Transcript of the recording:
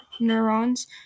neurons